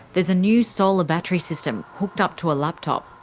there's a new solar battery system, hooked up to a laptop.